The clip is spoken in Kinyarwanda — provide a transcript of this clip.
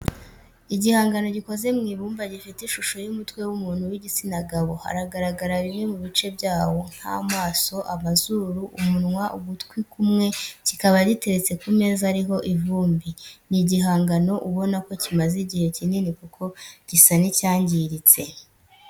gihangano gikoze mw'ibumba gifite ishusho y'umutwe w'umuntu w'igitsina gabo hagaragara bimwe mu bice byawo nk'amaso amazuru, umunwa ugutwi kumwe kikaba giteretse ku meza ariho ivumbi ni igihangano ubona ko kimaze igihe kinini kuko gisa n'icyangiritse